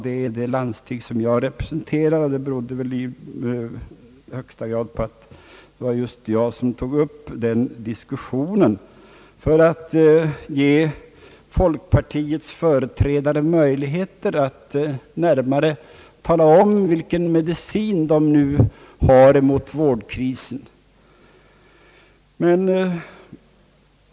Det är det landsting som jag representerar, och det berodde väl i högsta grad på att jag tog upp denna diskussion för att ge folkpartiets företrädare möjlighet att närmare tala om vilken medicin de nu har mot vårdkrisen.